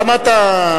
למה אתה,